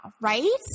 right